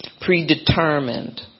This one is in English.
Predetermined